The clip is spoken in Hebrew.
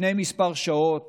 לפני כמה שעות